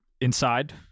inside